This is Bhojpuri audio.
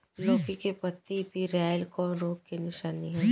लौकी के पत्ति पियराईल कौन रोग के निशानि ह?